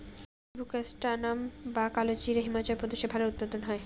বুলবোকাস্ট্যানাম বা কালোজিরা হিমাচল প্রদেশে ভালো উৎপাদন হয়